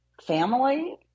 family